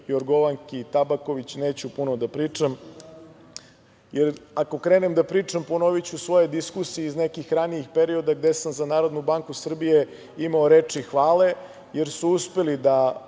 Jorgovanki Tabaković neću puno da pričam, jer ako krenem da pričam ponoviću svoje diskusije iz nekih ranijih perioda gde sam za Narodnu banku Srbije imao reči hvali, jer su uspeli da